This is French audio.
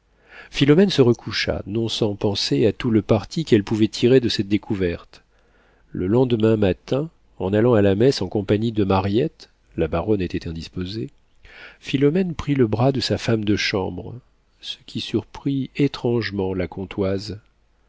philomène se recoucha non sans penser à tout le parti qu'elle pouvait tirer de sa découverte le lendemain matin en allant à la messe en compagnie de mariette la baronne était indisposée philomène prit le bras de sa femme de chambre ce qui surprit étrangement la